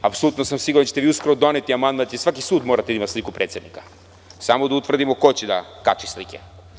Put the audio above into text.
Apsolutno sam siguran da ćete vi uskoro doneti amandman i da će svaki sud morati da ima sliku predsednika, samo da utvrdimo ko će da kači slike.